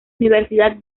universidad